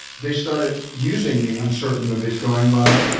they started using me in certain movies, going, well,